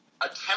attempt